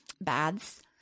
Baths